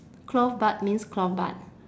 clove bud means clove bud